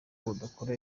budakora